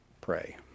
pray